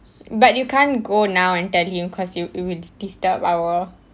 but you can't go now and tell him because you you will disturb our